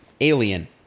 Alien